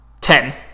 Ten